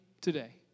today